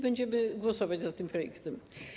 Będziemy głosować za tym projektem.